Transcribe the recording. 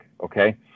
Okay